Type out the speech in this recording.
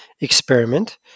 experiment